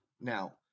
Now